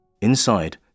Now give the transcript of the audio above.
Inside